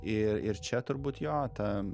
ir ir čia turbūt jo ta